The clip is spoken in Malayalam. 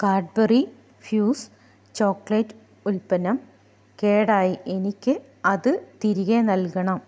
കാഡ്ബറി ഫ്യൂസ് ചോക്കലേറ്റ് ഉൽപ്പന്നം കേടായി എനിക്ക് അത് തിരികെ നൽകണം